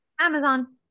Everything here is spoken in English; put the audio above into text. Amazon